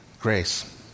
grace